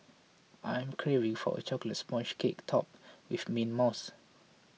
I am craving for a Chocolate Sponge Cake Topped with Mint Mousse